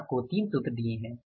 मैंने आपको 3 सूत्र दिए हैं